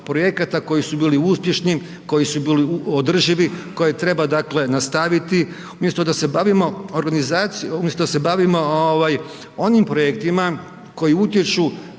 koji su bili uspješni, koji su bili održivi, koje treba nastaviti, umjesto da se bavimo organizacijom, umjesto